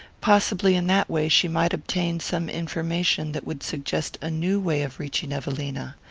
possibly in that way she might obtain some information that would suggest a new way of reaching evelina.